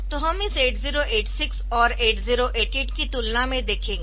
तो हम इस 8086 और 8088 की तुलना में देखेंगे